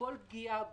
שכל פגיעה בו,